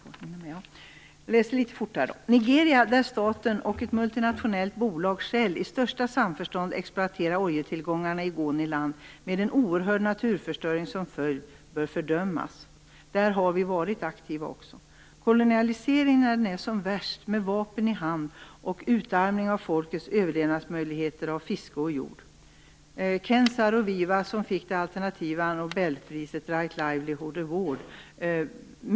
I Nigeria har staten och ett multinationellt bolag, Shell, i största samförstånd exploaterat oljetillgångarna i Ogoniland med en oerhörd naturförstöring som följd. Detta bör fördömas. Där har vi också varit aktiva. Detta är kolonialisering när den är som värst med vapen i hand och utarmning av folkets överlevnadsmöjligheter av fiske och jord. Ken Saro Wiva fick det alternativa nobelpriset The Right Livelihood Award.